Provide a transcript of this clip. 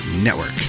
Network